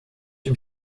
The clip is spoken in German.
dem